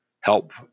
help